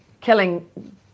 killing